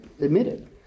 admitted